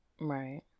Right